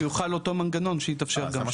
אין שום בעיה שיוחל אותו מנגנון שיתאפשר גם שם.